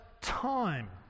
time